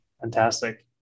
Fantastic